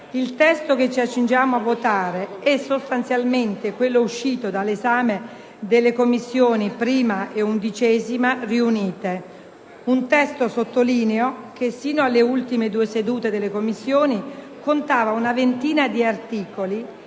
il testo che ci accingiamo a votare è sostanzialmente quello uscito dall'esame delle Commissioni riunite 1a e 11a; un testo, sottolineo, che sino alle ultime due sedute delle Commissioni contava una ventina di articoli